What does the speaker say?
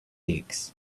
aches